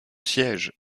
siège